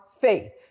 faith